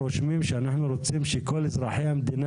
רושמים שאנחנו רוצים שכל אזרחי המדינה,